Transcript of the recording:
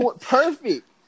Perfect